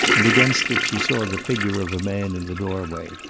and against it she saw the figure of a man in the doorway.